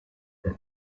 but